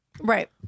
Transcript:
Right